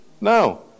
no